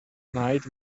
night